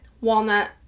walnut